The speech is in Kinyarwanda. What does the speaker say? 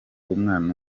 umwana